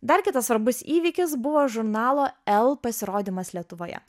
dar kitas svarbus įvykis buvo žurnalo el pasirodymas lietuvoje